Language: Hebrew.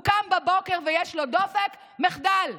הוא קם בבוקר ויש לו דופק, מחדל.